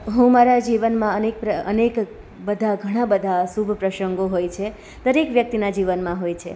હું મારા જીવનમાં અનેક અનેક બધા ઘણા બધા શુભ પ્રસંગો હોય છે દરેક વ્યક્તિના જીવનમાં હોય છે